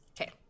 Okay